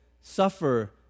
suffer